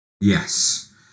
Yes